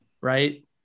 Right